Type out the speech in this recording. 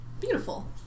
Beautiful